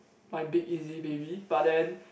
my big easy baby but then